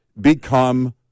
become